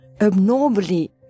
abnormally